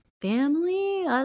family